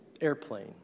airplane